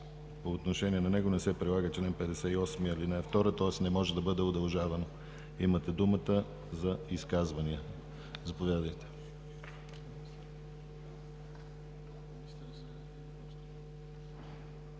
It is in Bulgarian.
по отношение на него не се прилага чл. 58, ал. 2, тоест не може да бъде удължаван. Имате думата за изказвания. Заповядайте.